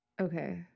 Okay